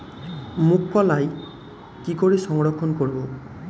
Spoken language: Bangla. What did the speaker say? মুঘ কলাই কি করে সংরক্ষণ করব?